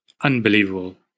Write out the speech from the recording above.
unbelievable